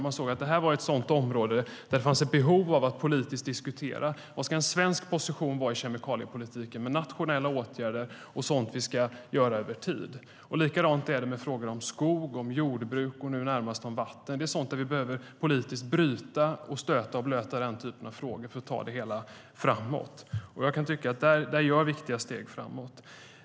Man såg att det var ett område där det fanns ett behov av att politiskt diskutera vad en svensk position i kemikaliepolitiken ska vara, med nationella åtgärder och sådant som vi ska göra över tid. Likadant är det med frågor om skog, jordbruk och nu närmast om vatten. Det är den typen av frågor vi politiskt behöver stöta och blöta för att ta det hela framåt, och jag kan tycka att vi tar viktiga steg framåt.